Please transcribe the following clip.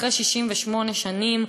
אחרי 68 שנים,